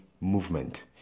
movement